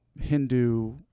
Hindu